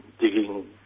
digging